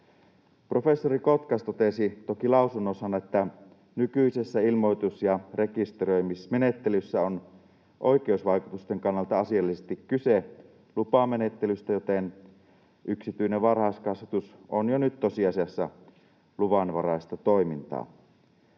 Professori Kotkas totesi toki lausunnossaan, että nykyisessä ilmoitus- ja rekisteröimismenettelyssä on oikeusvaikutusten kannalta asiallisesti kyse lupamenettelystä, joten yksityinen varhaiskasvatus on jo nyt tosiasiassa luvanvaraista toimintaa.